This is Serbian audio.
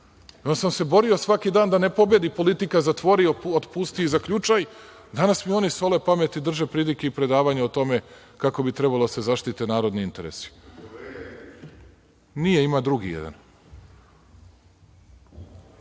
Onda sam se borio svaki dan da na pobedi politika – zatvori, otpusti i zaključaj, danas mi oni sole pamet i drže pridike i predavanja o tome kako bi trebalo da se zaštite narodni interesi. Nije, ima drugi